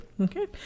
okay